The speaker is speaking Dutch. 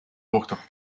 dochter